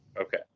Okay